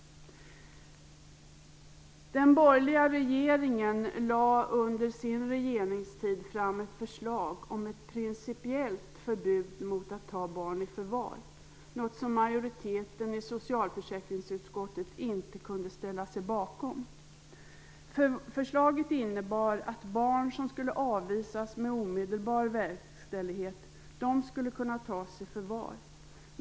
Den borgerliga regeringen lade under sin regeringstid fram ett förslag om ett principiellt förbud mot att ta barn i förvar, något som majoriteten i socialförsäkringsutskottet inte kunde ställa sig bakom. Förslaget innebar att barn som skulle avvisas med omedelbar verkställighet skulle kunna tas i förvar.